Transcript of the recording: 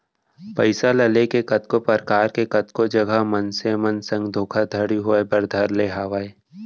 पइसा ल लेके कतको परकार के कतको जघा मनसे मन संग धोखाघड़ी होय बर धर ले हावय